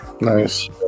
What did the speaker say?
nice